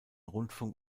rundfunk